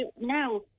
Now